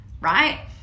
right